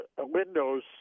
Windows